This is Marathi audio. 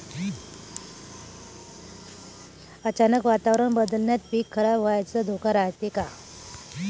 अचानक वातावरण बदलल्यानं पीक खराब व्हाचा धोका रायते का?